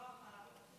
לא אחת.